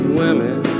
women